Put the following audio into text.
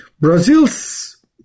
Brazil's